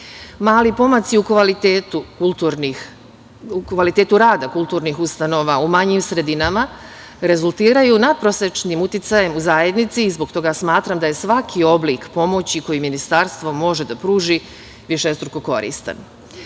pomaci u kvalitetu rada kulturnih ustanova u manjim sredinama rezultiraju natprosečnim uticajem u zajednici i zbog toga smatram da je svaki oblik pomoći koji Ministarstvo može da pruži višestruko